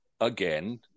again